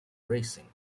racing